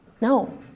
No